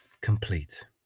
complete